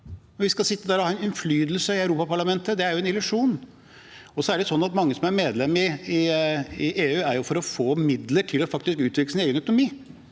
vi skal sitte der og ha innflytelse i Europaparlamentet. Det er jo en illusjon. Mange av landene som er medlem i EU, er jo der for å få midler til faktisk å utvikle sin egen økonomi.